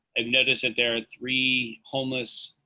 i've noticed that there are three homeless.